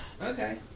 Okay